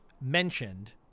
mentioned